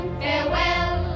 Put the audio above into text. farewell